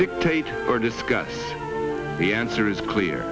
dictate or discuss the answer is clear